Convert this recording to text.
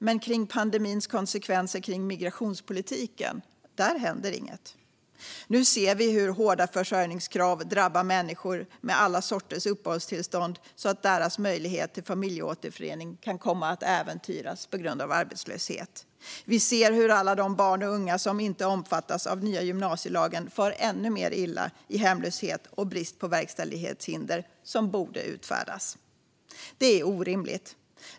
Men kring pandemins konsekvenser för migrationspolitiken händer ingenting. Nu ser vi hur hårda försörjningskrav drabbar människor med alla sorters uppehållstillstånd, så att deras möjlighet till familjeåterförening kan komma att äventyras på grund av arbetslöshet. Vi ser hur alla de barn och unga som inte omfattas av den nya gymnasielagen far ännu mer illa i hemlöshet och brist på verkställighetshinder som borde utfärdas. Detta är orimligt.